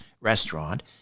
restaurant